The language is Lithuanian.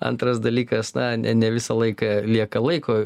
antras dalykas na ne ne visą laiką lieka laiko